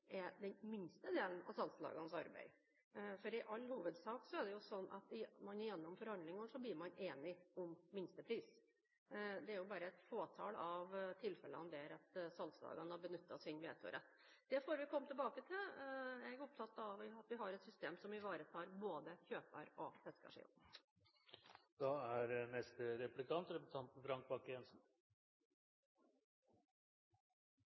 den minste delen av salgslagenes arbeid. I all hovedsak er det slik at man gjennom forhandlinger blir enige om minstepris. Det er bare et fåtall av tilfellene der salgslagene har benyttet sin vetorett. Det får vi komme tilbake til. Jeg er opptatt av at vi har et system som ivaretar både kjøper- og fiskersiden. Når det gjelder det som statsråden sier, at man gjennom forhandlinger blir enig, er